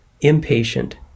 impatient